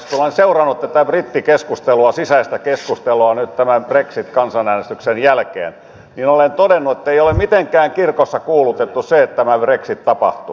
kun olen seurannut tätä sisäistä brittikeskustelua nyt tämän brexit kansanäänestyksen jälkeen niin olen todennut ettei ole mitenkään kirkossa kuulutettu se että tämä brexit tapahtuu